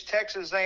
Texas